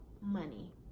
money